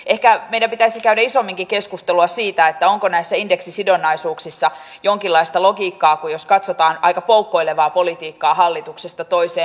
ehkä meidän pitäisi käydä isomminkin keskustelua siitä onko näissä indeksisidonnaisuuksissa jonkinlaista logiikkaa kun katsotaan aika poukkoilevaa politiikkaa hallituksesta toiseen